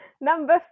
Number